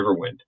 Riverwind